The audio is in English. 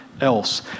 Else